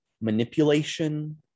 manipulation